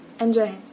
Enjoy